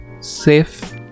safe